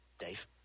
dave